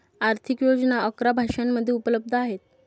आर्थिक योजना अकरा भाषांमध्ये उपलब्ध आहेत